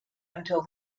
until